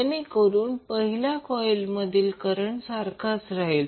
जेणेकरून पहिल्या कॉइल मधील करंट सारखाच राहील